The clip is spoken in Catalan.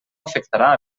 afectarà